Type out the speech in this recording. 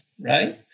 right